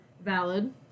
Valid